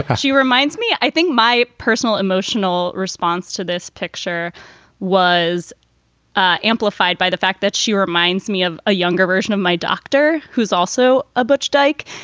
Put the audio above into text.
like she reminds me, i think my personal emotional response to this picture was ah amplified by the fact that she reminds me of a younger version of my doctor who's also a butch dyke.